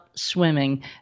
swimming